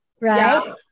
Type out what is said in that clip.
Right